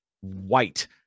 white